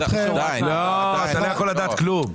אתה לא יכול לדעת כלום.